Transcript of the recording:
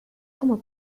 como